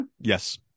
Yes